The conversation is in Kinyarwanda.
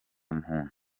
muntu